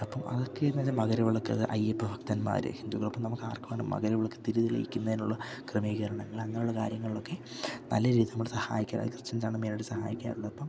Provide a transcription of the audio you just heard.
അപ്പോൾ അതൊക്കെ ഇന്നത് മകരവിളക്ക് അയ്യപ്പഭക്തന്മാർ ഹിന്ദുക്കൾക്ക് നമ്മളവർക്ക് വേണമെങ്കിൽ മകരവിളക്ക് തിരി തെളിയിക്കുന്നതിനുള്ള ക്രമീകരണൾ അങ്ങനെയുള്ള കാര്യങ്ങളിലൊക്കെ നല്ല രീതിയിൽ നമ്മൾ സഹായിക്കാൻ ക്രിസ്ത്യൻസാണ് മെയിനായിട്ട് സഹായിക്കാറുള്ളത് അപ്പം